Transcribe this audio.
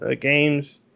games